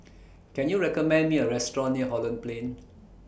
Can YOU recommend Me A Restaurant near Holland Plain